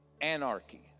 Anarchy